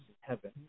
heaven